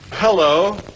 Hello